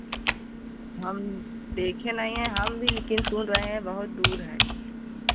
हम देखे नहीं हैं हम भी लेकिन सुन रहे हैं बहुत दूर है